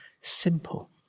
simple